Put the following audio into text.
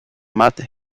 math